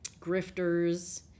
grifters